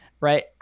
right